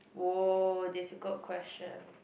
!woah! difficult question